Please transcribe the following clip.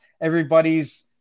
everybody's